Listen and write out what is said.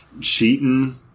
cheating